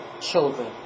children